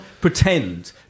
pretend